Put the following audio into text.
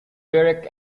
derek